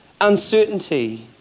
Uncertainty